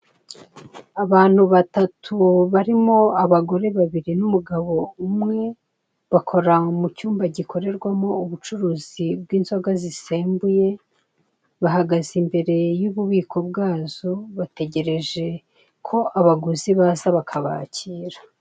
Abantu batatu barimo abagore babiri n'umugabo umwe, bakora mu cyumba gikorerwamo ubucuruzi bw'inzoga zisembuye. Bahagaze imbere y'ububiko bwazo, bategereje ko abaguzi baza bakabakira.